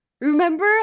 Remember